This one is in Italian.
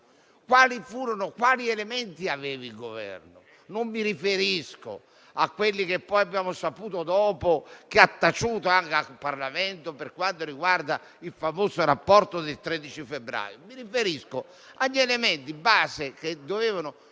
Quali elementi aveva il Governo? Non mi riferisco agli elementi che abbiamo conosciuto dopo e che ha taciuto al Parlamento, per quanto riguarda il famoso rapporto del 13 febbraio; mi riferisco agli elementi base che dovevano